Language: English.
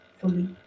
fully